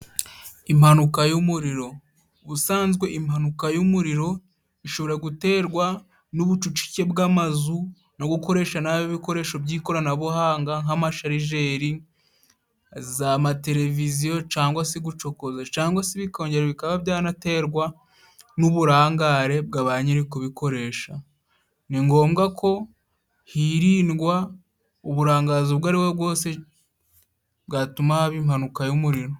Impanuka y'umuriro Ubusanzwe impanuka y'umuriro ishobora guterwa n'ubucucike bw'amazu no gukoresha nabi ibikoresho by'ikoranabuhanga nk'amasharijeri, amateleviziyo cyangwa se gucokoza, cyangwa se bikongera bikaba byanaterwa n'uburangare bwa ba nyiri ukubikoresha. Ni ngombwa ko hirindwa uburangazi ubwo ari bwo bwose bwatuma haba impanuka y'umuriro.